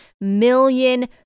million